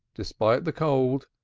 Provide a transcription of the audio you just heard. despite the cold,